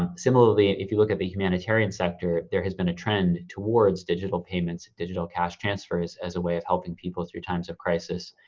um similarly, if you look at the humanitarian sector, there has been a trend towards digital payments, digital cash transfers as a way of helping people through times of crisis.